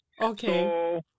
Okay